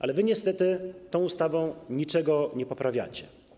Ale wy niestety tą ustawą niczego nie poprawiacie.